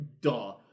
duh